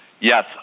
Yes